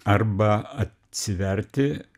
arba atsiverti